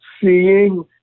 seeing